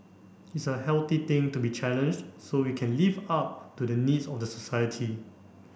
it's a healthy thing to be challenged so we can live up to the needs of the society